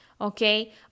Okay